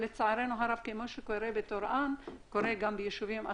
לצערנו הרב כמו שקורה בטורעאן קורה גם בישובים אחרים,